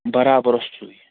برابر اوس سُے